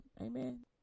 amen